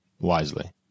wisely